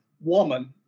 woman